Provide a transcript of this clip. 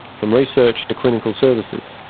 from research to clinical services,